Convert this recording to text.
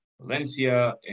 Valencia